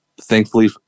Thankfully